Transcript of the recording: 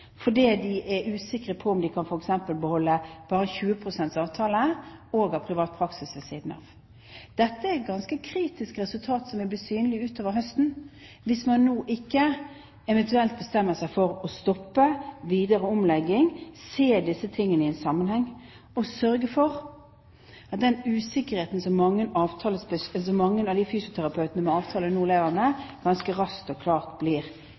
fordi de er usikre på om de f.eks. kan beholde bare 20 pst. avtale og ha privat praksis ved siden av. Dette er et ganske kritisk resultat, som vil bli synlig utover høsten, hvis man nå ikke bestemmer seg for å stoppe videre omlegging, se disse tingene i en sammenheng og sørge for at den usikkerheten som mange av de fysioterapeutene med avtale nå lever med, ganske raskt